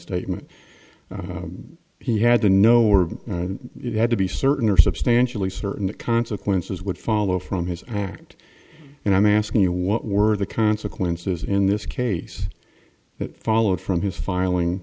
statement he had to know or you had to be certain or substantially certain the consequences would follow from his act and i'm asking you what were the consequences in this case that followed from his filing